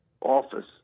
office